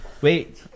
Wait